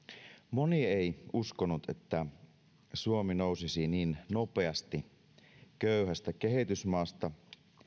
moni ei uskonut että suomi nousisi niin nopeasti köyhästä kehitysmaasta